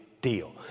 deal